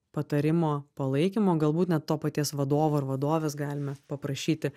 patarimo palaikymo galbūt net to paties vadovo ar vadovės galime paprašyti